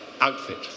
outfit